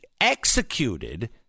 executed